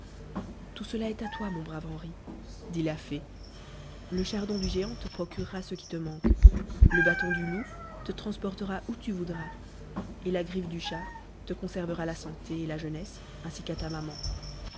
tout cela est à toi mon brave henri dit la fée le chardon du géant te procurera ce qui te manque le bâton du loup te transportera où tu voudras et la griffe du chat te conservera la santé et la jeunesse ainsi qu'à ta maman